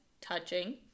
touching